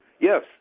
Yes